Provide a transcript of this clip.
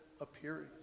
appearing